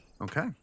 Okay